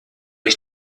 ich